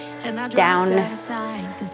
Down